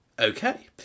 Okay